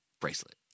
Bracelet